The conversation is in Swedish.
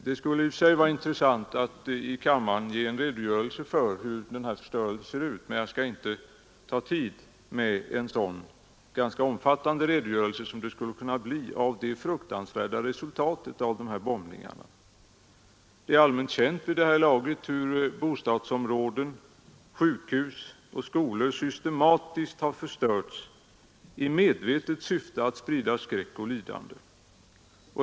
Det skulle i och för sig vara intressant att ge kammaren en redogörelse för hur denna förstörelse ser ut, men jag skall inte ta tid i anspråk för en sådan ganska omfattande redogörelse som det skulle kunna bli av de fruktansvärda resultaten av dessa bombningar. Vid det här laget är allmänt känt hur bostadsområden, uthus och skolor systematiskt förstörts i medvetet syfte att sprida skräck och lidande.